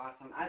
awesome